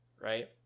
right